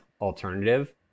alternative